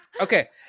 Okay